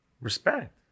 Respect